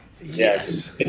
Yes